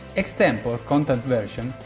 extempore content version,